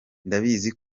ndabizi